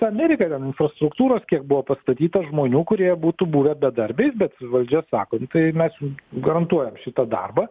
amerika ten infrastruktūros kiek buvo pastatyta žmonių kurie būtų buvę bedarbiai bet valdžia sako nu tai mes jum garantuojam šitą darbą